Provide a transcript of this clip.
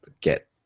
get